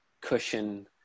cushion